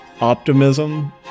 Optimism